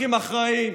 אזרחים אחראיים.